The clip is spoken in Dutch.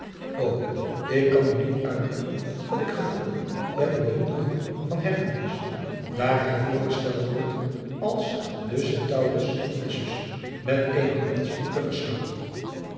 ik kan u niet uitdrukken wat ik gevoelde bij de beroemde groep van herkules daar hij voorgesteld wordt als den centaurus nessus met eene knods te verslaan